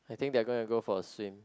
I think they are gonna go for a swim